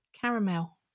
caramel